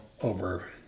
over